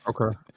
Okay